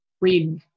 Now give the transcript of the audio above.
read